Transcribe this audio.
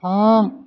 थां